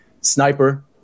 Sniper